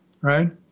right